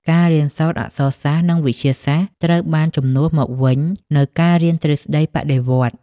ការរៀនសូត្រអក្សរសាស្ត្រ និងវិទ្យាសាស្ត្រត្រូវបានជំនួសមកវិញនូវការរៀនទ្រឹស្ដីបដិវត្តន៍។